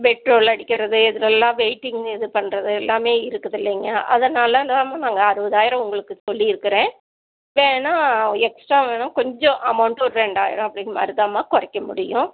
petrol அடிக்கிறது இதுலல்லாம் waiting இது பண்ணுறது எல்லாமே இருக்குது இல்லைங்க அதனால் நாங்கள் அறுபதாயிரம் உங்களுக்கு சொல்லிருக்கிறேன் வேணா எக்ஸ்ட்ரா வேணா கொஞ்சம் அமௌண்ட்டு ஒரு ரெண்டாயிர்ரூவா அப்படிங்குற மாதிரி தான்மா குறைக்க முடியும்